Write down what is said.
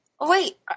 wait